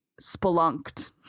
spelunked